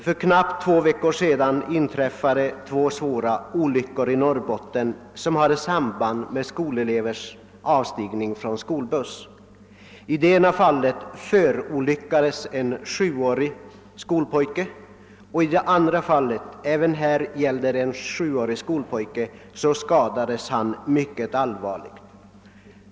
För knappt två veckor sedan inträffade två svåra olyckor i Norrbotten som hade samband med skolelevers avstigning från skolbuss. I det ena fallet förolyckades en sjuårig skolpojke och i det andra fallet skadades en likaledes sjuårig skolpojke mycket allvarligt.